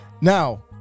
Now